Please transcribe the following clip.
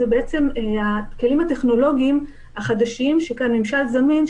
זה הכלים הטכנולוגיים החדשים של ממשל זמין,